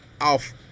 off